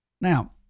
Now